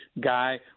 Guy